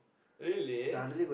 really